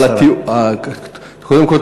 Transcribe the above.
קודם כול,